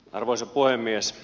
arvoisa puhemies